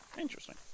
Interesting